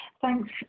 Thanks